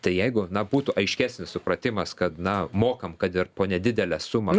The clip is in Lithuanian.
tai jeigu na būtų aiškesnis supratimas kad na mokam kad ir po nedidelę sumą